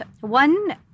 One